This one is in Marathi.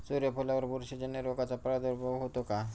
सूर्यफुलावर बुरशीजन्य रोगाचा प्रादुर्भाव होतो का?